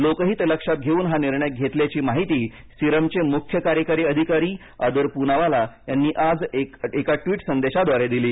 लोकहित लक्षात घेऊन हा निर्णय घेतल्याची माहिती सिरमचे मुख्य कार्यकारी अधिकारी आदर पूनावाला यांनी आज एका ट्वीट संदेशाद्वारे दिली